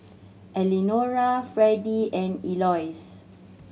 Elenora Fredy and Eloise